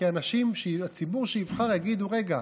כי הציבור שיבחר יגיד: רגע,